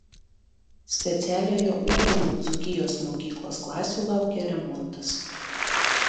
specialiojo ugdymo dzūkijos mokyklos klasių laukia remontas